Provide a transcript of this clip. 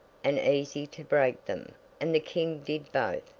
and easy to break them and the king did both,